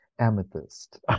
Amethyst